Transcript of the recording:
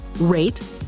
rate